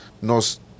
nos